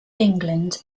england